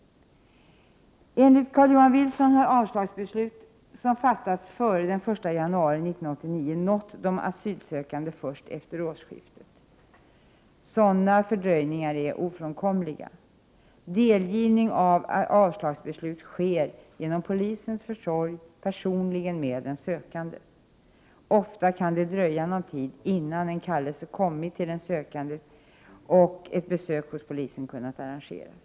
Enligt Carl-Johan Wilson har avslagsbeslut som fattats före den 1 januari 1989 nått de asylsökande först efter årsskiftet. Sådana fördröjningar är ofrånkomliga. Delgivning av avslagsbeslut sker genom polisens försorg, personligen med den sökande. Ofta kan det dröja någon tid innan en kallelse kommit den sökande till handa och ett besök hos polisen kunnat arrangeras.